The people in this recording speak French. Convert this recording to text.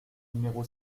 numéro